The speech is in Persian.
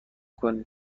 کنید